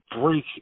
break